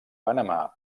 panamà